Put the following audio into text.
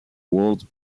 word